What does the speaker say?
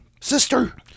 Sister